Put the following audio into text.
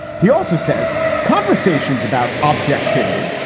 he also says conversations about objectivity,